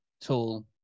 tool